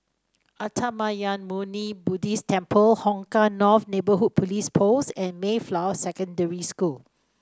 Uttamayanmuni Buddhist Temple Hong Kah North Neighbourhood Police Post and Mayflower Secondary School